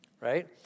right